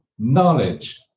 knowledge